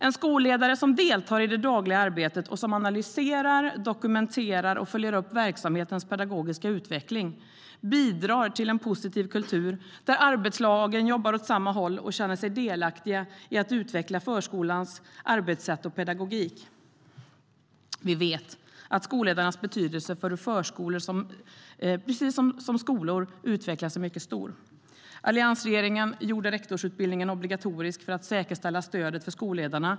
En skolledare som deltar i det dagliga arbetet och som analyserar, dokumenterar och följer upp verksamhetens pedagogiska utveckling bidrar till en positiv kultur där arbetslagen jobbar åt samma håll och känner sig delaktiga i att utveckla förskolans arbetssätt och pedagogik. Vi vet att skolledarnas betydelse för hur förskolor såväl som skolor utvecklas är mycket stor. Alliansregeringen gjorde rektorsutbildningen obligatorisk för att säkerställa stödet för skolledarna.